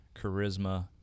charisma